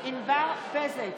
ענבר בזק,